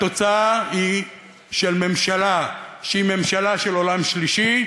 התוצאה היא של ממשלה שהיא ממשלה של עולם שלישי,